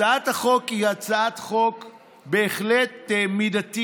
הצעת החוק היא הצעת חוק בהחלט מידתית.